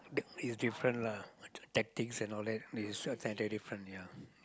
is different lah want to tag things and all that this very different ya